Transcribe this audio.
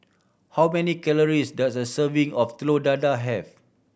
how many calories does a serving of Telur Dadah have